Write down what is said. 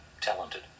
talented